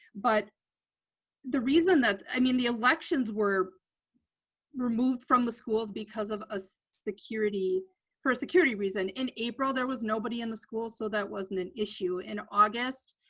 but the reason that i need mean the elections were removed from the school because of ah security for security reason, in april there was nobody in the school, so that wasn't an issue. in august,